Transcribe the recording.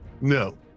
no